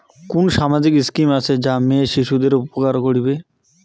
কুন সামাজিক স্কিম আছে যা মেয়ে শিশুদের উপকার করিবে?